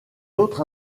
autres